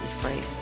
free